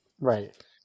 Right